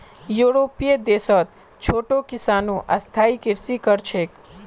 यूरोपीय देशत छोटो किसानो स्थायी कृषि कर छेक